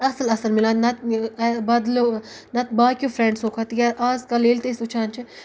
اَصٕل اَصٕل مِلان نَتہٕ بَدلیو نَتہٕ باقٕیو فرٛٮ۪نٛڈسو کھۄتہٕ یا اَزکَل ییٚلہِ تہِ أسۍ وٕچھان چھِ